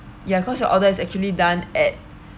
ya cause your order is actually done at